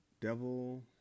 Devil